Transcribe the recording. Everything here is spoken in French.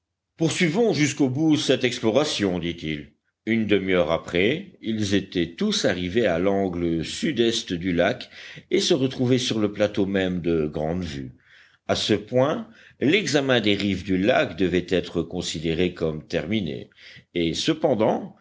poursuivons jusqu'au bout cette exploration dit-il une demi-heure après ils étaient tous arrivés à l'angle sud-est du lac et se retrouvaient sur le plateau même de grande vue à ce point l'examen des rives du lac devait être considéré comme terminé et cependant